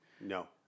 No